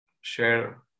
share